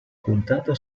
puntata